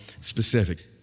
specific